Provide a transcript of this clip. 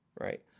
right